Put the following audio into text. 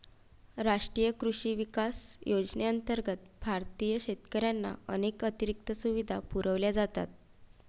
राष्ट्रीय कृषी विकास योजनेअंतर्गत भारतीय शेतकऱ्यांना अनेक अतिरिक्त सुविधा पुरवल्या जातात